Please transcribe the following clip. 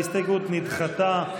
ההסתייגות נדחתה.